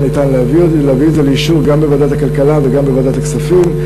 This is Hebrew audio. היה ניתן להביא את זה לאישור גם בוועדת הכלכלה וגם בוועדת הכספים.